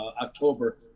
October